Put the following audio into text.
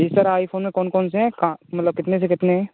जी sir iPhone में कौन कौनसे हैं का मतलब कितने से कितने हैं